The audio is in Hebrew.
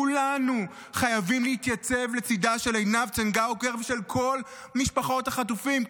כולנו חייבים להתייצב לצידה של עינב צנגאוקר ושל כל משפחות החטופים.